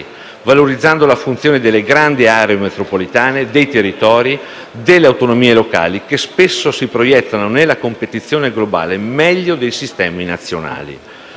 valorizzando la funzione delle grandi aree metropolitane, dei territori e delle autonomie locali, che spesso si proiettano nella competizione globale meglio dei sistemi nazionali.